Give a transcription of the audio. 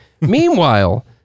Meanwhile